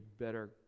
better